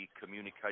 communication